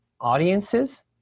audiences